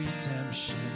redemption